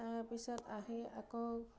তাৰপিছত আহি আকৌ